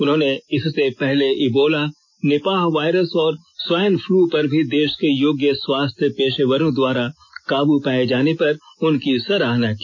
उन्होंने इससे पहले इबोला निपाह वायरस और स्वायन फ्लू पर भी देश के योग्य स्वास्थ्य पेशेवरों द्वारा काबू पाये जाने पर उनकी सराहना की